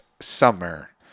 summer